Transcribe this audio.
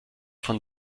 von